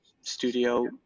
studio